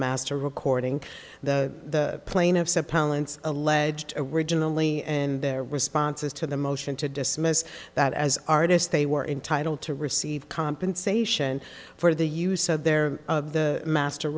master recording the plaintiff said palance alleged originally in their responses to the motion to dismiss that as artists they were entitled to receive compensation for the use of their of the master